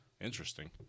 Interesting